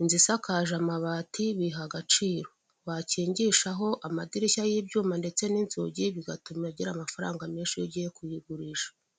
inzu isakaje amabati biha agaciro wakingishaho amadirishya y'ibyuma ndetse n'inzugi bigatuma agira amafaranga menshi iyo ugiye kuyigurisha.